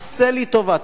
עשה לי טובה,